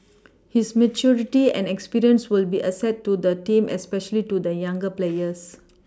his maturity and experience will be an asset to the team especially to the younger players